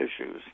issues